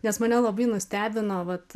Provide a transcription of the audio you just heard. nes mane labai nustebino vat